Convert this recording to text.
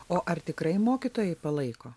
o ar tikrai mokytojai palaiko